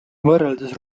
võrreldes